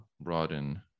broaden